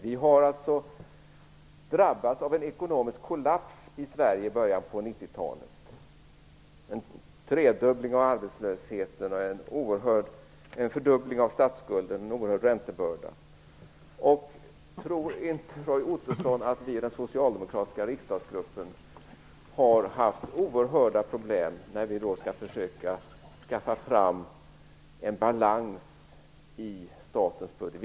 Vi har alltså i början av 90-talet drabbats av en ekonomisk kollaps i Sverige med en tredubbling av arbetslösheten, en fördubbling av statsskulden och en oerhörd räntebörda. Tror inte Roy Ottosson att vi i den socialdemokratiska riksdagsgruppen har haft oerhörda problem när vi försökt få en balans i statens budget?